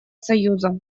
союза